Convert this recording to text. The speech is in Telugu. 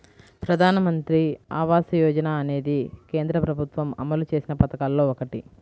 ప్రధానమంత్రి ఆవాస యోజన అనేది కేంద్ర ప్రభుత్వం అమలు చేసిన పథకాల్లో ఒకటి